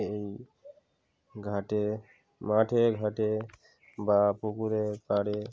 এই ঘাটে মাঠে ঘাটে বা পুকুরে পাড়ে